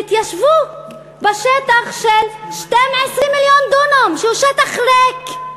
תתיישבו בשטח של 12 מיליון דונם שהוא שטח ריק.